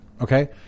Okay